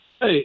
Hey